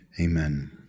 Amen